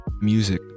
music